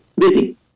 busy